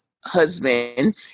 husband